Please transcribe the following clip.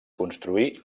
construí